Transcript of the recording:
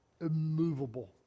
immovable